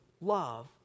love